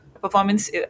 performance